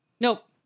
Nope